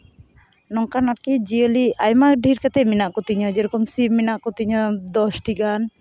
ᱱᱚᱝᱠᱟᱱ ᱟᱨᱠᱤ ᱡᱤᱭᱟᱹᱞᱤ ᱟᱭᱢᱟ ᱰᱷᱮᱨ ᱠᱟᱛᱮᱫ ᱢᱮᱱᱟᱜ ᱠᱚᱛᱤᱧᱟ ᱡᱮᱨᱚᱠᱚᱢ ᱥᱤᱢ ᱢᱮᱱᱟᱜ ᱠᱚᱛᱤᱧᱟ ᱫᱚᱥᱴᱤ ᱜᱟᱱ